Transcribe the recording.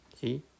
See